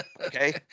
Okay